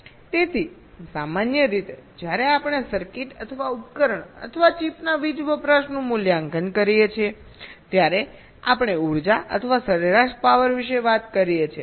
તેથી સામાન્ય રીતે જ્યારે આપણે સર્કિટ અથવા ઉપકરણ અથવા ચિપના વીજ વપરાશનું મૂલ્યાંકન કરીએ છીએ ત્યારે આપણે ઉર્જા અથવા સરેરાશ પાવર વિશે વાત કરીએ છીએ